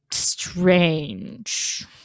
strange